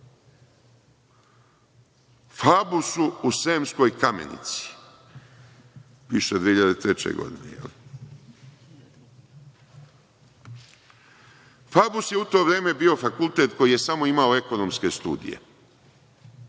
Fabusu u Sremskoj Kamenici 2003. godine piše. Fabus je u to vreme bio fakultet koji je imao samo ekonomske studije,